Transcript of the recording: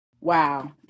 Wow